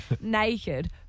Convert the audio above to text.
naked